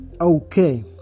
okay